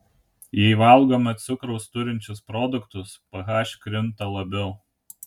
jei valgome cukraus turinčius produktus ph krinta labiau